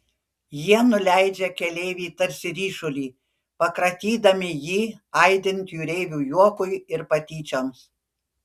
jie nuleidžia keleivį tarsi ryšulį pakratydami jį aidint jūreivių juokui ir patyčioms